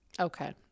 okay